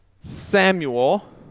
Samuel